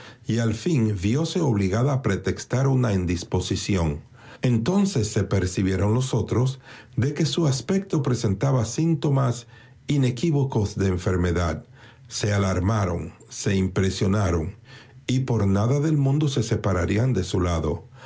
y al fin vióse obligada a pretextar una indisposición entonces se apercibieron los otros de que su aspecto presentaba síntomas inequívocos de enfermedad se alarmaron se impresionaron y por nada del mundo se separarían de su lado